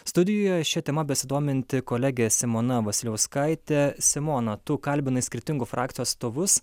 studijoje šia tema besidominti kolegė simona vasiliauskaitė simona tu kalbinai skirtingų frakcijų atstovus